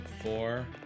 Four